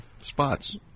Spots